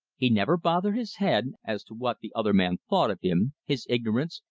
he never bothered his head as to what the other man thought of him, his ignorance,